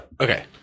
okay